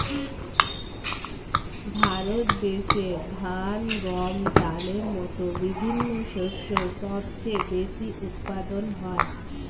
ভারত দেশে ধান, গম, ডালের মতো বিভিন্ন শস্য সবচেয়ে বেশি উৎপাদন হয়